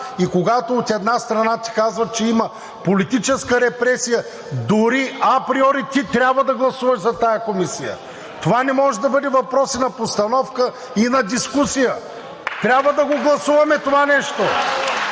и когато, от една страна, ти казват, че има политическа репресия, дори априори ти трябва да гласуваш за тази комисия. Това не може да бъде въпрос и на постановка, и на дискусия. (Ръкопляскания